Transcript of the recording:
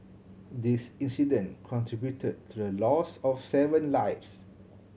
this incident contributed to the loss of seven lives